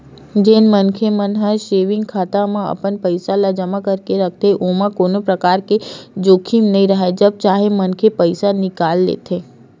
जेन मनखे मन ह सेंविग खाता म अपन पइसा ल जमा करके रखथे ओमा कोनो परकार के जोखिम नइ राहय जब चाहे मनखे पइसा निकाल लेथे